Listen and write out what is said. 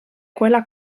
quella